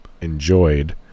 enjoyed